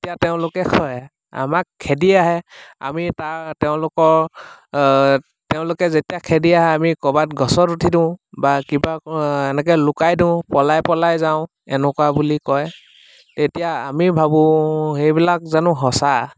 এতিয়া তেওঁলোকে হয় আমাক খেদি আহে আমি তাৰ তেওঁলোকৰ আ তেওঁলোকে যেতিয়া খেদি আহে আমি ক'ৰবাত গছত উঠি দিওঁ বা কিবা অ এনেকে লুকাই দিওঁ পলাই পলাই যাওঁ এনেকুৱা বুলি কয় তেতিয়া আমি ভাবোঁ সেইবিলাক জানো সঁচা